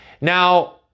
Now